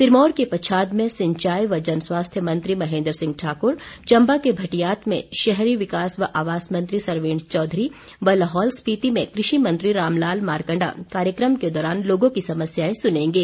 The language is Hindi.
सिरमौर के पच्छाद में सिंचाई व जनस्वास्थ्य मंत्री महेंन्द्र सिंह ठाक्र चंबा के भटियात में शहरी विकास व आवास मंत्री सरवीण चौधरी व लाहौल स्पिति में कृषि मंत्री रामलाल मारकंडा कार्यक्रम के दौरान लोगों की समस्यायें सुनेंगे